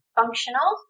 functional